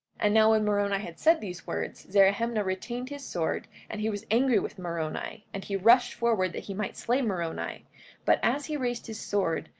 and now when moroni had said these words, zerahemnah retained his sword, and he was angry with moroni, and he rushed forward that he might slay moroni but as he raised his sword,